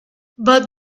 but